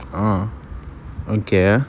orh okay